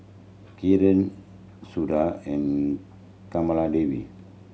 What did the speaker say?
Kiran Suda and Kamaladevi